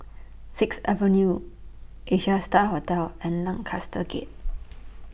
Sixth Avenue Asia STAR Hotel and Lancaster Gate